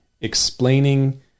explaining